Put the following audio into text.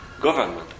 government